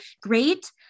Great